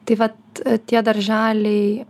tai vat tie darželiai